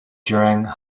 during